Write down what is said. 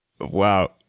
Wow